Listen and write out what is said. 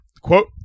quote